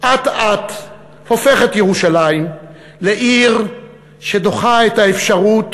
אט-אט הופכת ירושלים לעיר שדוחה את האפשרות